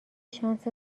شانس